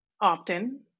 often